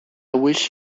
wish